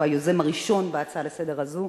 שהוא היוזם הראשון בהצעה הזאת לסדר-היום.